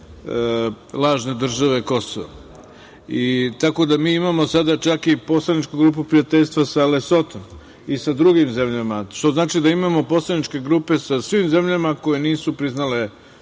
lažne države Kosovo, tako da imamo sada čak i poslaničku grupu prijateljstva sa Lesotom i sa drugim zemljama, što znači da imamo poslaničke grupe sa svim zemljama koje nisu nikada